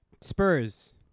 spurs